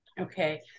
Okay